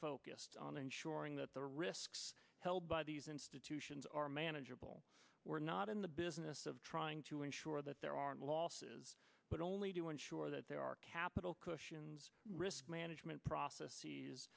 focused on ensuring that the risk held by these institutions are manageable we're not in the business of trying to ensure that there aren't losses but only to ensure that there are capital cushions risk management pro